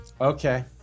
Okay